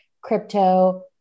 crypto